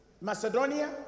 Macedonia